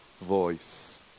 voice